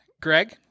Greg